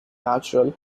natural